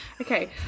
okay